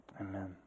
Amen